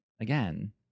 Again